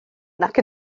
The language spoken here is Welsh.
nac